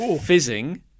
fizzing